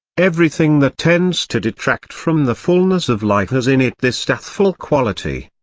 everything that tends to detract from the fulness of life has in it this deathful quality.